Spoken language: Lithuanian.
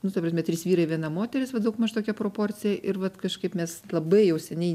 nu ta prasme trys vyrai viena moteris vat daugmaž tokia proporcija ir vat kažkaip mes labai jau seniai